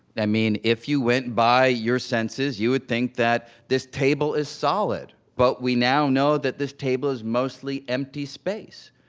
i mean, if you went by your senses, you would think that this table is solid. but we now know that this table is mostly empty space.